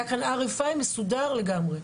היה כאן RFI מסודר לגמרי.